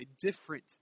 different